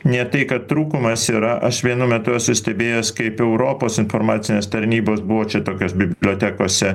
ne tai kad trūkumas yra aš vienu metu esu stebėjęs kaip europos informacinės tarnybos buvo čia tokios bibliotekose